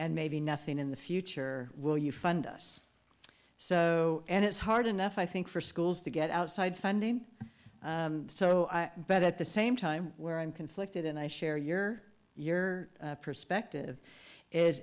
and maybe nothing in the future will you fund us so and it's hard enough i think for schools to get outside funding so i bet at the same time where i'm conflicted and i share your your perspective is